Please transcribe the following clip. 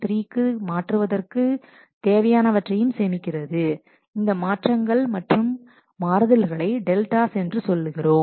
3 க்கு மாற்றுவதற்கான தேவையானவற்றையும் சேமிக்கிறது இந்த மாற்றங்கள் அல்லது மாறுதல்களை டெல்டாஸ் என்று சொல்லுகிறோம்